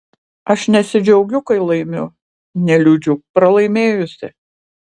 aš nesidžiaugiu kai laimiu neliūdžiu pralaimėjusi